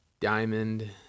Diamond